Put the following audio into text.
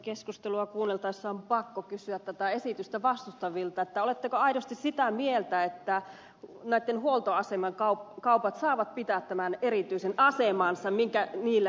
keskustelua kuunneltaessa on pakko kysyä tätä esitystä vastustavilta oletteko aidosti sitä mieltä että huoltoasemakaupat saavat pitää tämän erityisen asemansa mikä niillä nyt on